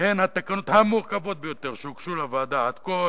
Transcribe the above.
שהן התקנות המורכבות ביותר שהוגשו לוועדה עד כה,